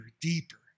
deeper